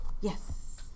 Yes